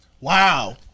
Wow